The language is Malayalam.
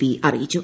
പി അറിയിച്ചു